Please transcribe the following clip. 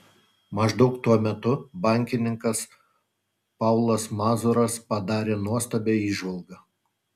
maždaug tuo metu bankininkas paulas mazuras padarė nuostabią įžvalgą